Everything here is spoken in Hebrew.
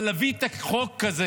אבל להביא את החוק הזה